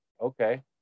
okay